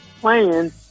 playing –